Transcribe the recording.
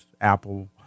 Apple